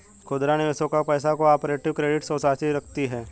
खुदरा निवेशकों का पैसा को ऑपरेटिव क्रेडिट सोसाइटी रखती है